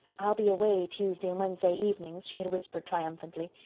i'll be away tuesday and wednesday evenings, she had whispered triumphantly.